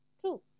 True